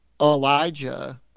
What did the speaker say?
elijah